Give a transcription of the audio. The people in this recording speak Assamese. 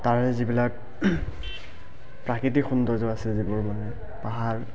তাৰে যিবিলাক প্ৰাকৃতিক সৌন্দৰ্য আছে যিবোৰ মানে পাহাৰ